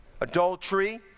adultery